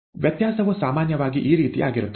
ವ್ಯತ್ಯಾಸವು ಸಾಮಾನ್ಯವಾಗಿ ಈ ರೀತಿಯಾಗಿರುತ್ತದೆ